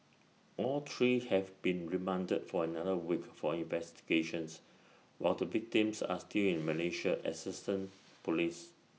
all three have been remanded for another week for investigations while the victims are still in Malaysia assistant Police